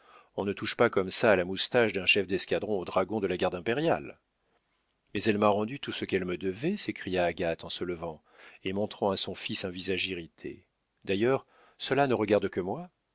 on ne touche pas comme ça à la moustache d'un chef d'escadron aux dragons de la garde impériale mais elle m'a rendu tout ce qu'elle me devait s'écria agathe en se levant et montrant à son fils un visage irrité d'ailleurs cela ne regarde que moi